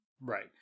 Right